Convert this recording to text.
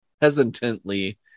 hesitantly